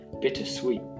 bittersweet